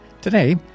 Today